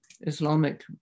Islamic